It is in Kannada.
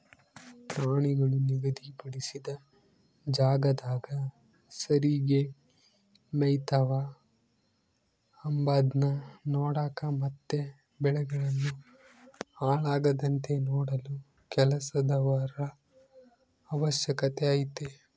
ಪ್ರಾಣಿಗಳು ನಿಗಧಿ ಪಡಿಸಿದ ಜಾಗದಾಗ ಸರಿಗೆ ಮೆಯ್ತವ ಅಂಬದ್ನ ನೋಡಕ ಮತ್ತೆ ಬೆಳೆಗಳನ್ನು ಹಾಳಾಗದಂತೆ ನೋಡಲು ಕೆಲಸದವರ ಅವಶ್ಯಕತೆ ಐತೆ